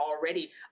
already